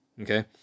Okay